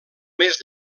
més